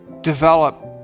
Develop